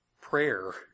Prayer